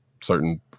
certain